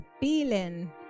Feeling